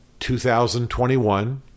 2021